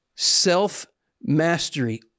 self-mastery